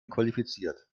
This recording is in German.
qualifiziert